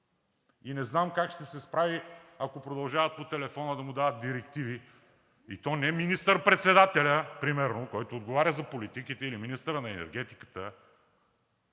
и не знам как ще се справи, ако продължават по телефона да му дават директиви, и то не министър-председателят примерно, който отговаря за политиките, или министърът на енергетиката,